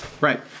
Right